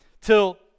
Till